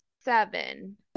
seven